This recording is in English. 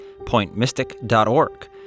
PointMystic.org